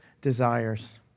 desires